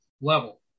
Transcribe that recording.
level